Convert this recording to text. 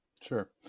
sure